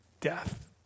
death